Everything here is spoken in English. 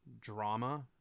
drama